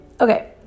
okay